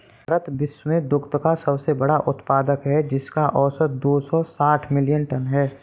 भारत विश्व में दुग्ध का सबसे बड़ा उत्पादक है, जिसका औसत दो सौ साठ मिलियन टन है